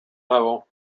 level